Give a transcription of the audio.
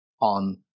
on